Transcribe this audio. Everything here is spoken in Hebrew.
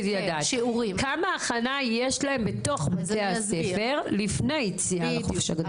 כמה הכנה יש להם בתוך בתי הספר לפני היציאה לחופש?